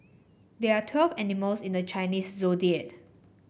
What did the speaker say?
there are twelve animals in the Chinese Zodiac